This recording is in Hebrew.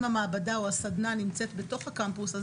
אם המעבדה או הסדנה נמצאת בתוך הקמפוס אז